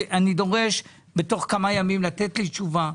אני דורש בתוך כמה ימים לתת לי תשובה.